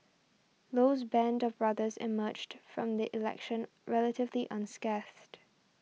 Low's band of brothers emerged from the election relatively unscathed